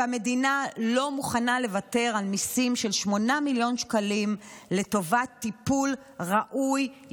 והמדינה לא מוכנה לוותר על מיסים של 8 מיליון שקלים לטובת טיפול ראוי,